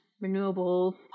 renewable